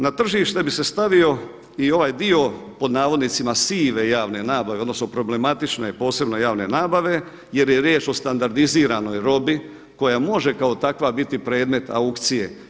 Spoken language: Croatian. Na tržište bi se stavio i ovaj dio pod navodnicima sive javne nabave odnosno problematične posebno javne nabave jer je riječ o standardiziranoj robi koja može kao takva biti predmet aukcije.